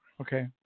Okay